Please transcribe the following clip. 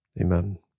Amen